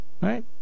Right